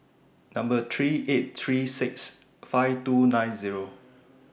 Number three eight three six five two nine Zero